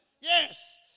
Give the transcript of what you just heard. Yes